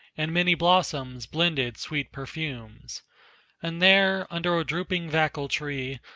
and many blossoms blended sweet perfumes and there, under a drooping vakul-tree,